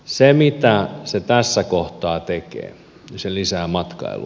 se mitä se tässä kohtaa tekee on että se lisää matkailua